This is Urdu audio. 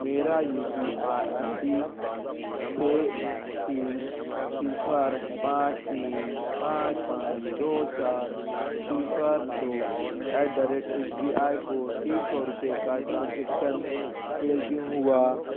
میرا یو پی آئی ڈی چھ تین صفر پانچ تین پانچ پانچ دو چار صفر دو at the rate S B I کو تین سو روپے کا ٹرانزیکشن فیل کیوں ہوا